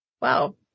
Wow